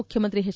ಮುಖ್ಯಮಂತ್ರಿ ಎಚ್